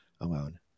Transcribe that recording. alone